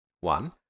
One